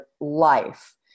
life